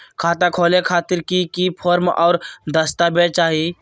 खाता खोले खातिर की की फॉर्म और दस्तावेज चाही?